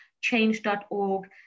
Change.org